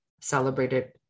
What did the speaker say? celebrated